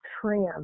trim